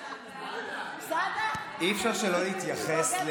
אי-אפשר שלא להתייחס,